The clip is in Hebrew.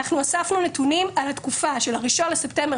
אנחנו אספנו נתונים על התקופה שבין ה-01 לספטמבר